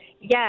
Yes